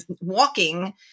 walking